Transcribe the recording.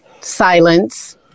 silence